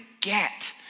get